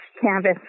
canvas